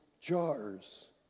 jars